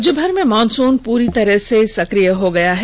राज्यभर में मॉनसून पूरी तरह से सक्रिय हो गया है